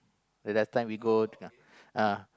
the last time we go yeah uh